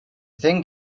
thing